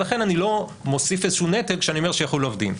ולכן אני לא מוסיף איזשהו נטל כשאני אומר שיחול עליו דין.